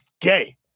gay